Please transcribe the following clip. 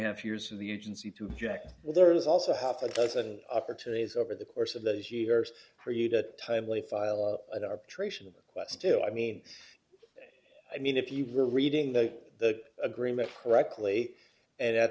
half years of the agency to jack well there is also half a dozen opportunities over the course of those years for you to timely file an arbitration of the cuesta i mean i mean if you were reading the agreement correctly and at